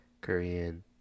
Korean